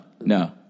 No